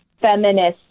feminist